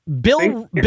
Bill